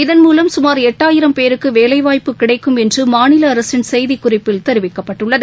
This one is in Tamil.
இதன்மூலம் சுமார் எட்டாயிரம் பேருக்குவேலைவாய்ப்பு கிடைக்கும் எனமாநிலஅரசின் செய்திக்குறிப்பில் தெரிவிக்கப்பட்டுள்ளது